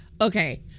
okay